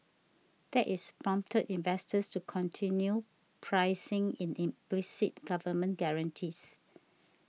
that's prompted investors to continue pricing in implicit government guarantees